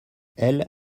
elle